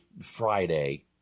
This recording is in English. Friday